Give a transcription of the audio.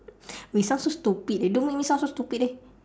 we sound so stupid eh don't make me sound stupid eh